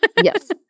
Yes